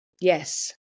Yes